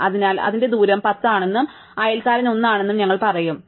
അതിനാൽ അതിന്റെ ദൂരം 10 ആണെന്നും അയൽക്കാരൻ 1 ആണെന്നും ഞങ്ങൾ പറയും ശരിയാണ്